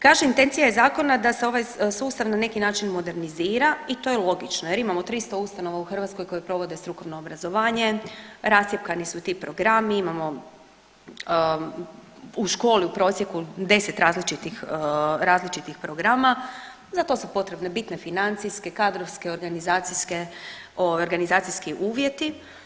Kaže intencija je zakona da se ovaj sustav na neki način modernizira i to je logično jer imamo 300 ustanova u Hrvatskoj koje provode strukovno obrazovanje, rascjepkani su ti programi, imamo u školi u prosjeku 10 različitih, različitih programa, za to su potrebne bitne financijske, kadrovske, organizacijske, organizacijski uvjeti.